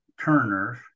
Turner's